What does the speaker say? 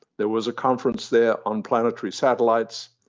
there was a conference there on planetary satellites,